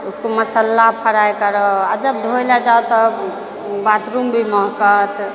तऽ उसको मसल्ला फ्राइ करू आओर जब धोइलए जाउ तऽ बाथरूम भी महकत